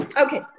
Okay